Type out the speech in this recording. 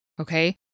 okay